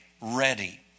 ready